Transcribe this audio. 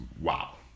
Wow